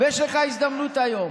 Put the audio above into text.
יש לך הזדמנות היום.